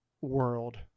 world